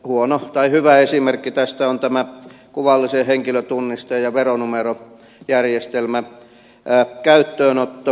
huono tai hyvä esimerkki tästä on tämä kuvallisen henkilötunnisteen ja veronumerojärjestelmän käyttöönotto